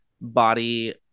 body